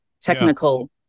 technical